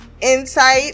insight